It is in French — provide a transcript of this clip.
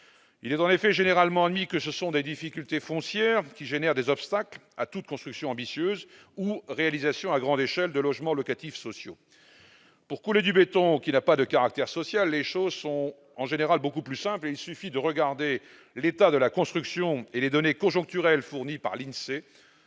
Il est en effet généralement admis que ce sont des difficultés foncières qui engendrent les obstacles à toute construction ambitieuse ou réalisation à grande échelle de logements locatifs sociaux. Pour couler du béton sans caractère social, les choses sont souvent beaucoup plus simples ! Il suffit de regarder l'état de la construction et les données conjoncturelles fournies par l'INSEE